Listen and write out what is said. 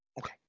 Okay